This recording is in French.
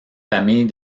famille